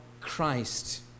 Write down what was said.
Christ